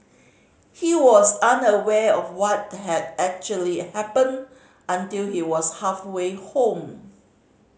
he was unaware of what had actually happened until he was halfway home